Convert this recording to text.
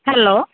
hello